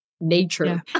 nature